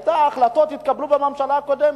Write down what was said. ההחלטות התקבלו בממשלה הקודמת.